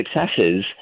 successes